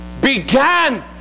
began